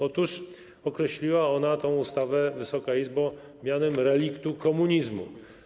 Otóż określiła ona tę ustawę, Wysoka Izbo, mianem reliktu komunizmu.